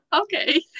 okay